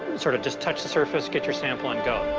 sort of just touch the surface, get your sample and go.